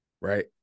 right